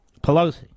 Pelosi